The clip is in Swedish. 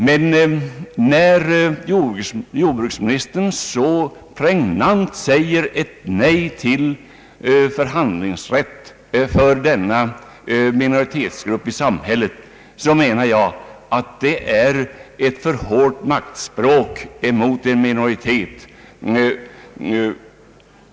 Men när jordbruksministern så pregnant säger ett nej till förhandlingsrätt för denna minoritetsgrupp i samhället menar jag att det är ett alltför hårt maktspråk mot en minoritet.